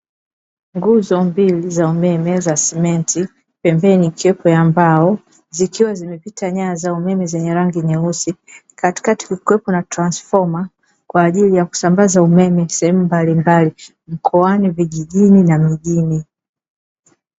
Nguzo mbili za umeme za simenti, pembeni ikiwepo ya mbao zikiwa zimepita nyaya za umeme zenye rangi nyeusi. Katikati kukiwepo na transfoma kwaajili ya kusambaza umeme sehemu mbalimbali; mkoani, vijijini na mijini.